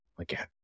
again